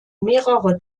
mehrere